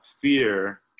fear